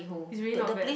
is really not bad